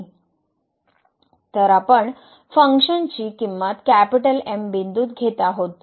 तर आपण फंक्शनची किंमत M बिंदूत घेत आहे